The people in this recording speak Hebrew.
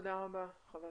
תודה רבה ח"כ